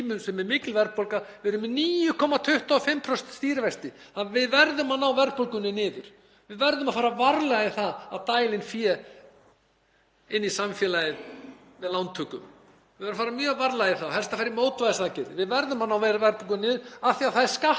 inn í samfélagið með lántökum, við verðum að fara mjög varlega í það og helst að fara í mótvægisaðgerðir. Við verðum að ná verðbólgu niður af því að það er skattur á heimilin að borga af húsnæðislánum sínum upp á fleiri hundruð þúsund. Það er snjóhengja sem bíður hérna eftir okkur sem mun falla á stóran hluta landsmanna núna í vor